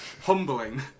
humbling